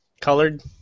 colored